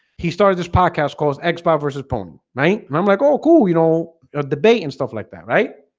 he started this podcast cause expert vs. poem, right? i'm like, oh cool, you know debate and stuff like that, right?